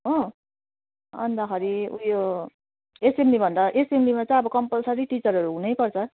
हो अन्तखेरि उयो एसेम्बली भन्दा एसेम्बलीमा चाहिँ अब कम्पलसरी टिचरहरू हुनैपर्छ